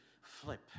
flip